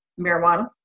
marijuana